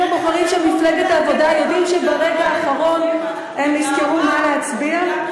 האם הבוחרים של מפלגת העבודה יודעים שברגע האחרון הם נזכרו מה להצביע?